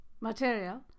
material